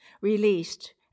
released